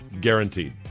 guaranteed